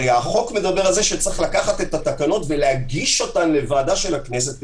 הרי החוק מדבר על זה שצריך לקחת את התקנות ולהגיש אותן לוועדה של הכנסת,